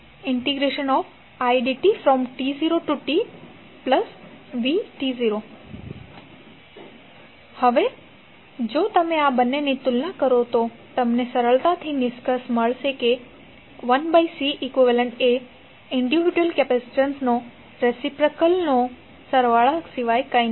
1Ceqt0tidtv હવે જો તમે આ બંનેની તુલના કરો તો તમે સરળતાથી નિષ્કર્ષ પર આવશો કે 1Ceq એ વ્યક્તિગત કૅપેસિટન્સ ના રેસિપ્રોકેલના સરવાળા સિવાય કંઈ નથી